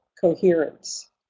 coherence